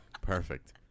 Perfect